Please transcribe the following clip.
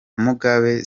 mugabe